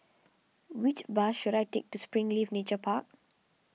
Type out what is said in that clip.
which bus should I take to Springleaf Nature Park